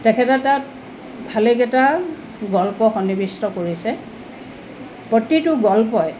তেখেতে তাত ভালেকেইটা গল্প সন্নিৱিষ্ট কৰিছে প্ৰতিটো গল্পই